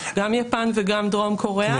גם יפן וגם דרום קוריאה.